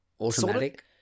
Automatic